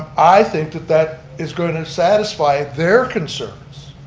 i think that that is going to satisfy their concerns,